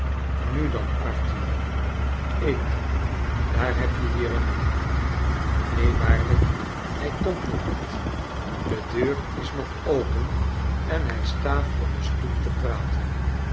nu dan arthur ik daar heb je jeremia i neen waarlijk hrj komt nog niet de deur is nog open en hij staat op de stoep te praten